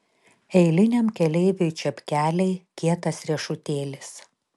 eiliniam keleiviui čepkeliai kietas riešutėlis